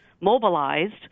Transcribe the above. mobilized